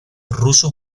ruso